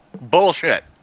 Bullshit